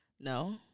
No